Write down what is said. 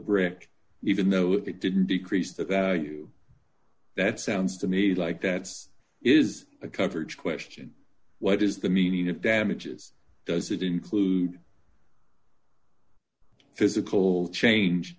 brick even though it didn't decrease the value that sounds to me like that's is a coverage question what is the meaning of damages does it include physical change